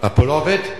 פה זה לא עובד?